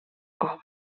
cova